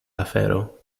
afero